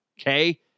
okay